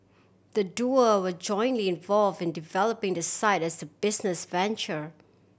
the duo were jointly involve in developing the site as a business venture